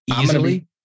easily